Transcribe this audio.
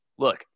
Look